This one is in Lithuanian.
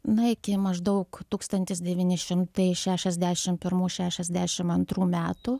na iki maždaug tūkstantis devyni šimtai šešiasdešimt pirmų šešiasdešimt antrų metų